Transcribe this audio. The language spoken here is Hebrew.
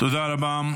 תודה רבה.